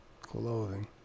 Clothing